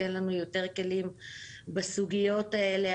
שתיתן לנו יותר כלים בסוגיות אלה.